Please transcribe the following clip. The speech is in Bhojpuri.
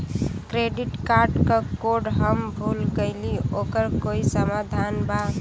क्रेडिट कार्ड क कोड हम भूल गइली ओकर कोई समाधान बा?